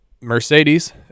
Mercedes